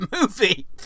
movie